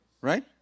Right